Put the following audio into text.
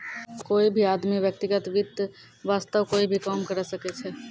कोई भी आदमी व्यक्तिगत वित्त वास्तअ कोई भी काम करअ सकय छै